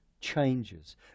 changes